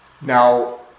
Now